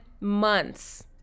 months